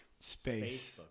space